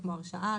כמו הרשאה,